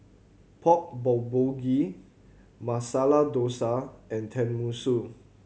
Pork Bulgogi Masala Dosa and Tenmusu